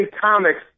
comics